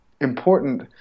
important